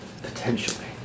Potentially